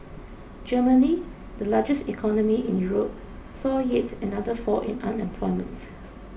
Germany the largest economy in Europe saw yet another fall in unemployment